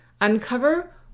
uncover